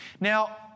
Now